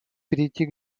перейти